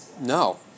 No